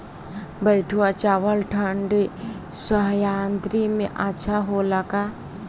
बैठुआ चावल ठंडी सह्याद्री में अच्छा होला का?